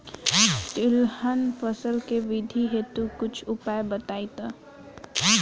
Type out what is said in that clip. तिलहन फसल के वृद्धी हेतु कुछ उपाय बताई जाई?